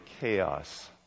chaos